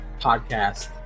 podcast